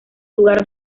lugar